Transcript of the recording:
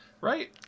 Right